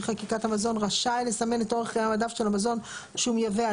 חקיקת המזון רשאי לסמן את אורך חיי המדף של המזון שהוא מייבא,